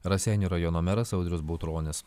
raseinių rajono meras audrius bautronis